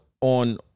on